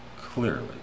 clearly